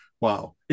Wow